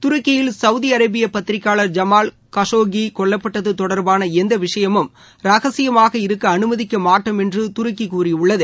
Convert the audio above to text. துருக்கியில் சவுதிஅரபிய பத்திரிகையாளர் ஜமால் கஷோகி கொல்லப்பட்டது தொடர்பான எந்த விஷயமும் ரகசியமாக இருக்க அனுமதிக்க மாட்டோம் என்று துருக்கி கூறியிருக்கிறது